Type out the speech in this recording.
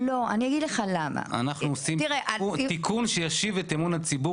אנחנו עושים תיקון שישיב את אמון הציבור